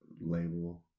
label